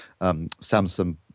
Samsung